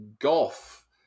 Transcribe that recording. Golf